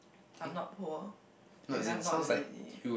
I'm not poor and I'm not lazy